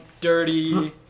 dirty